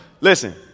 Listen